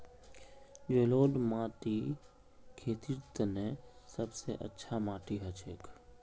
जलौढ़ माटी खेतीर तने सब स अच्छा माटी हछेक